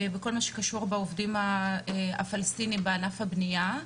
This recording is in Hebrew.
בכל מה שקשור לעובדים הפלסטינים בענף הבנייה.